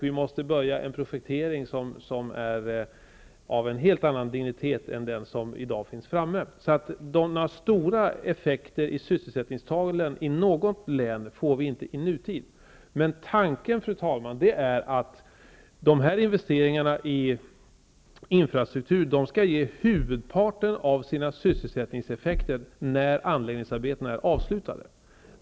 Då måste vi börja en projektering av en helt annan dignitet än den som finns framme i dag. Vi får inte någon stor effekt på sysselsättningstalen i nutid. Fru talman! Tanken är att investeringarna i infrastruktur skall ge huvudparten av sina sysselsättningseffekter när anläggningsarbetena är avslutade.